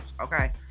okay